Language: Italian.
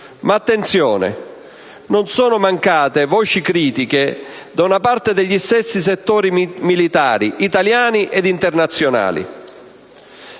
ma, attenzione, non sono mancate voci critiche da una parte degli stessi settori militari, italiani e internazionali.